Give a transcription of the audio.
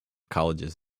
colleges